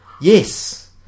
Yes